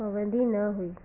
पवंदी न हुई